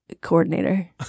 coordinator